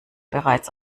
bereits